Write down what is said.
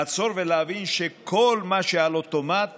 לעצור ולהבין שלא כל מה שעל אוטומט